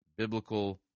biblical